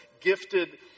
gifted